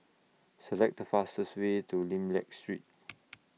Select The fastest Way to Lim Liak Street